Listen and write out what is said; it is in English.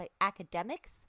academics